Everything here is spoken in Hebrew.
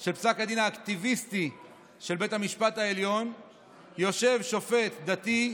של פסק הדין האקטיביסטי של בית המשפט העליון יושב שופט דתי,